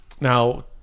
now